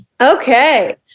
Okay